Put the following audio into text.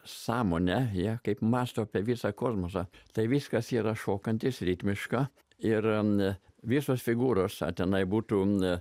sąmonę jie kaip mąsto apie visą kosmosą tai viskas yra šokantys ritmiška ir viešos figūros tenai būtų